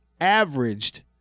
averaged